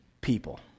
people